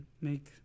make